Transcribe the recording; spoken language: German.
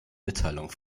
mitteilung